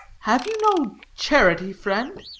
have you no charity, friend?